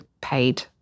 paid